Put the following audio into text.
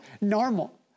normal